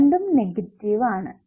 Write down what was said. കറണ്ടും നെഗറ്റീവ് ആണ്